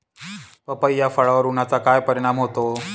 पपई या फळावर उन्हाचा काय परिणाम होतो?